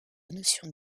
notion